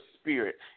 spirit